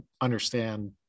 understand